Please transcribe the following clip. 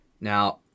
Now